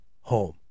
home